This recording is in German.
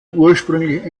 ursprünglich